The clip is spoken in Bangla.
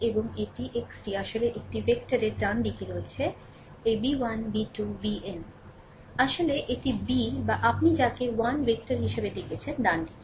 এবং এটি xটি আসলে 1 টি ভেক্টরের ডানদিকে রয়েছে এই b 1 b 2 bn আসলে এটি b বা আপনি যাকে 1 ভেক্টর হিসাবে ডেকেছেন ডান দিকে